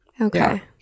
Okay